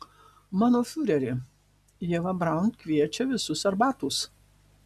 mano fiureri ieva braun kviečia visus arbatos